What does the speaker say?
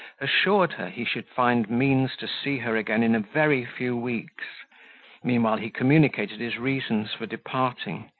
assured her he should find means to see her again in a very few weeks meanwhile he communicated his reasons for departing,